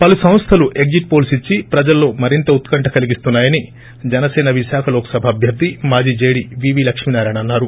పలు సంస్థలు exit polls ఇచ్చి ప్రజల్లో మరింత ఉత్కంఠ కల్గిస్తున్నాయని జనసేన విశాఖ లోక్సభ అభ్యర్ది మాజీ జేడీ వీవీ లక్ష్మీనారాయణ అన్నారు